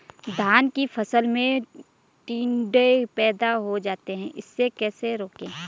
धान की फसल में टिड्डे पैदा हो जाते हैं इसे कैसे रोकें?